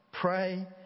pray